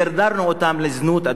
דרדרנו אותן לזנות,